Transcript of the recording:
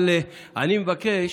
אבל אני מבקש